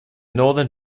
northern